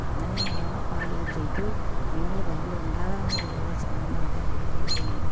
അങ്ങനെ ആ പാല് കുടിച്ചാൽ ഇത് നിങ്ങൾ പാല് ഉണ്ടാകാൻ വേണ്ടിയുള്ള സാധനങ്ങളെല്ലാം കൊടുക്കുന്നത് കൊണ്ടാ